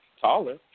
Taller